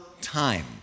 time